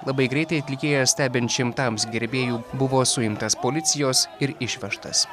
labai greitai atlikėją stebint šimtams gerbėjų buvo suimtas policijos ir išvežtas